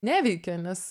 neveikia nes